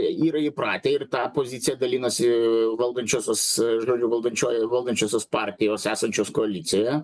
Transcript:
yra įpratę ir tą poziciją dalinasi valdančiosios žodžiu valdančiojoj valdančiosios partijos esančios koalicijoje